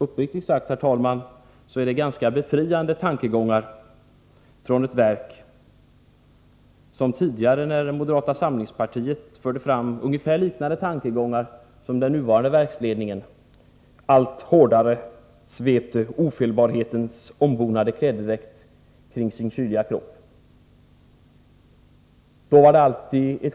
Uppriktigt sagt är det ganska befriande tongångar från ett verk som tidigare, när moderata samlingspartiet förde fram liknande tankar, allt hårdare svepte ofelbarhetens ombonade klädedräkt kring sin kyliga kropp.